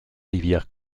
rivières